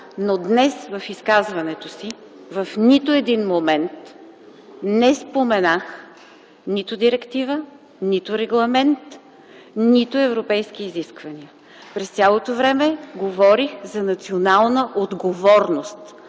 но днес в изказването си в нито един момент не споменах нито директива, нито регламент, нито европейски изисквания. През цялото време говорих за национална отговорност